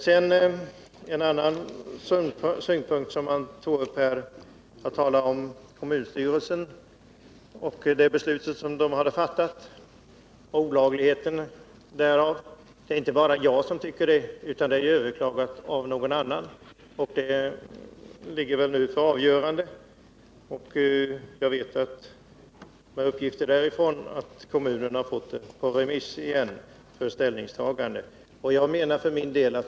Här har också talats om olagligheten i det beslut som kommunstyrelsen har fattat. Det är inte bara jag som tycker att beslutet är olagligt, utan det är överklagat av någon annan och ligger väl nu för avgörande. Jag har fått uppgifter om att kommunen har fått det på remiss igen för ställningstagande.